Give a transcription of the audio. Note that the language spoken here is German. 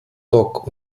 dock